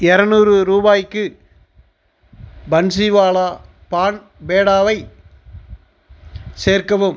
இரநூறு ரூபாய்க்கு பன்ஸிவாலா பான் பேடாவை சேர்க்கவும்